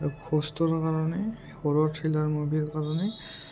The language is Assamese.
আৰু খষ্টৰৰ কাৰণে হৰৰ থ্ৰীলাৰ মুভিৰ কাৰণে